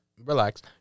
relax